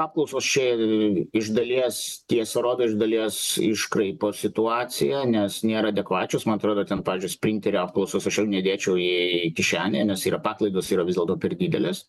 apklausos čia iš dalies tiesą rodo iš dalies iškraipo situaciją nes nėra adekvačios man atrodo ten pavyzdžiui sprinterio apklausos aš jau nedėčiau į kišenę nes yra paklaidos yra vis dėlto per didelės